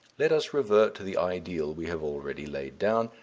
let us revert to the ideal we have already laid down,